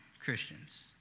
Christians